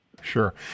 Sure